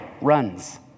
runs